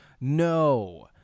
no